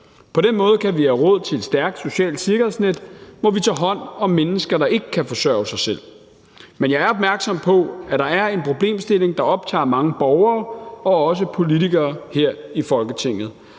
På den måde kan vi have råd til et stærkt socialt sikkerhedsnet, hvor vi tager hånd om mennesker, der ikke kan forsørge sig selv. Kl. 14:58 Men jeg er opmærksom på, at der er en problemstilling, der optager mange borgere og også politikere her i Folketinget.